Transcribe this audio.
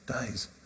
days